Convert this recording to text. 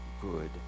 good